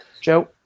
Joe